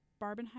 Barbenheimer